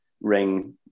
ring